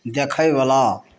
देखयवला